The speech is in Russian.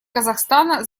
казахстана